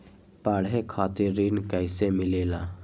पढे खातीर ऋण कईसे मिले ला?